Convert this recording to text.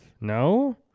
No